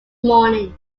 morning